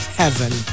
heaven